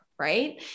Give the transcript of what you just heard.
Right